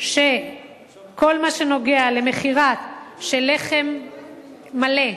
שכל מה שנוגע למכירה של לחם מלא,